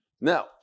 Now